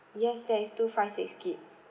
yes there is two five six gig